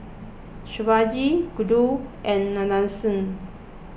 Shivaji Gouthu and Nadesan